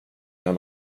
jag